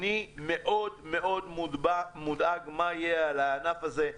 אני מאוד-מאוד מודאג, מה יהיה על הענף הזה.